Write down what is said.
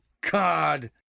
God